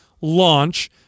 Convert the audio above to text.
LAUNCH